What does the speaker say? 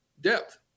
depth